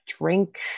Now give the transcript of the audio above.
drink